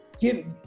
give